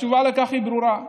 התשובה לכך היא ברורה: